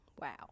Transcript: wow